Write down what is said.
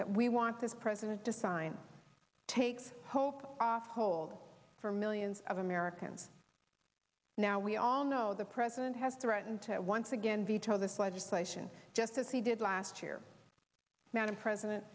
that we want this president to sign takes hope off hold for millions of americans now we all know the president has threatened to once again veto this legislation just as he did last year madam president